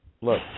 Look